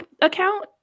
account